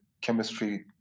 chemistry